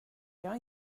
jag